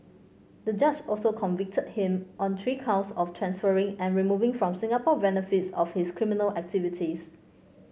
the judge also convicted him on three counts of transferring and removing from Singapore benefits of his criminal activities